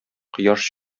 кояш